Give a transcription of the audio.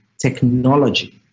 Technology